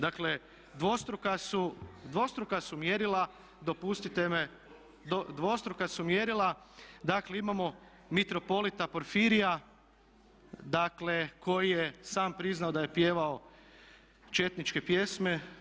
Dakle dvostruka su mjerila, dopustite mi, dvostruka su mjerila, dakle imamo mitropolita Porfirija dakle koji je sam priznao da je pjevao četničke pjesme.